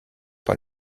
par